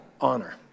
Honor